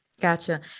Gotcha